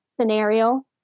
scenario